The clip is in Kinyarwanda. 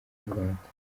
rwanda